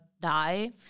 die